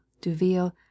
Duville